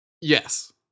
Yes